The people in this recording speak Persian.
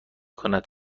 کند